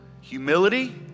humility